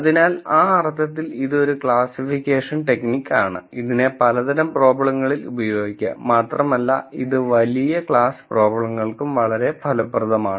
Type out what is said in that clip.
അതിനാൽ ആ അർത്ഥത്തിൽ ഇത് ഒരു ക്ലാസ്സിഫിക്കേഷൻ ടെക്നിക് ആണ് ഇതിനെ പലതരം പ്രോബ്ലങ്ങളിൽ ഉപയോഗിക്കാം മാത്രമല്ല ഇത് വലിയ ക്ലാസ് പ്രോബ്ലങ്ങൾക്കും വളരെ ഫലപ്രദമാണ്